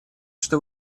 что